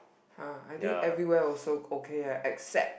!huh! I think everywhere also okay leh except